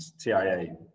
TIA